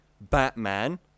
Batman